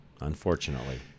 Unfortunately